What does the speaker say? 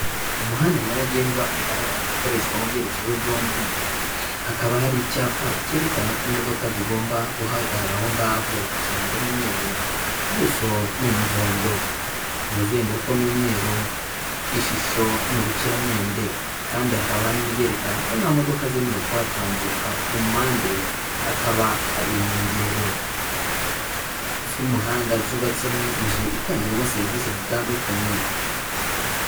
Umuhanda nyabagendwa, bigaragara ko ukoreshwa mu byerekezo byombi, hakaba hari icyapa cyerekana ko imodoka zigomba guhagarara aho ngaho, ikirango n'umweru, ubuso n'umuhondo, umuzenguruko n'umweru, ishusho ni urukiramende. Kandi hakaba hari n'ibyerekana ko nta modoka zemerewe kuhatambuka, ku mpande hakaba hari inkengero z'umuhanda, zubatsemo inzu itangirwamo serivise zitandukanye.